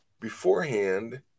beforehand